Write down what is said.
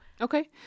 Okay